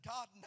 God